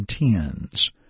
intends